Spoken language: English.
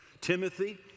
Timothy